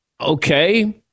okay